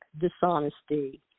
dishonesty